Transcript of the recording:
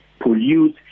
pollute